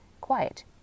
quiet